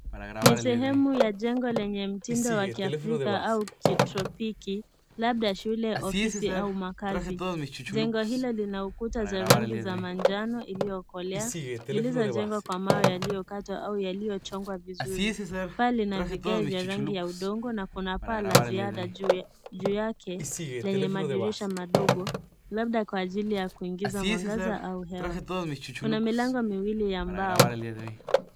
Ni sehemu ya jengo lenye mtindo wa kiafrika au kitropiki labda shule, ofisi au makazi. Jengo hilo lina ukuta za rangi za manchano iliyokolea zilizojengwa kwa mawe ya katwa au yaliyochongwa vizuri. Paa lina vigae vya rangi ya udongo na Kuna paa la ziada juu ya yake lenye madirisha madogo labda kwa ajili ya kuingiza mwangaza au hewa. Kuna milango miwili ya mbao.